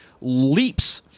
leaps